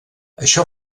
això